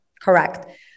correct